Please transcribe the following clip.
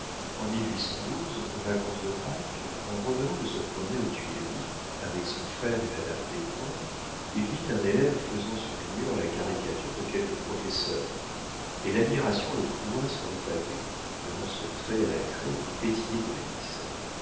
en aux vacances de pâques en revenant de se promener aux tuileries avec son frère et madame descoings il vit un élève faisant sur le mur la caricature de quelque professeur et l'admiration le cloua sur le pavé devant ce trait à la craie qui pétillait de malice